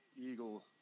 eagle